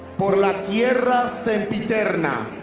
por la tierra sempiterna,